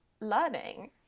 learning